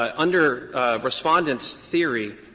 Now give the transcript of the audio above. um under respondent's theory,